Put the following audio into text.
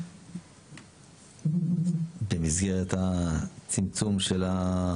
במסגרת הצמצום של,